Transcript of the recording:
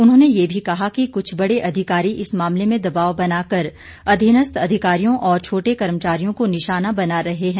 उन्होंने ये भी कहा कि कुछ बड़े अधिकारी इस मामले में दबाव बनाकर अधीनस्थ अधिकारियों और छोटे कर्मचारियों को निशाना बना रहे हैं